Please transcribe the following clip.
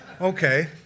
okay